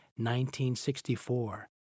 1964